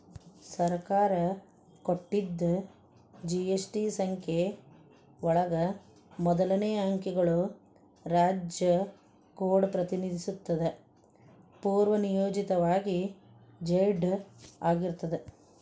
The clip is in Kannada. ಸರ್ಕಾರ ಕೊಟ್ಟಿದ್ ಜಿ.ಎಸ್.ಟಿ ಸಂಖ್ಯೆ ಒಳಗ ಮೊದಲನೇ ಅಂಕಿಗಳು ರಾಜ್ಯ ಕೋಡ್ ಪ್ರತಿನಿಧಿಸುತ್ತದ ಪೂರ್ವನಿಯೋಜಿತವಾಗಿ ಝೆಡ್ ಆಗಿರ್ತದ